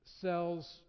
sells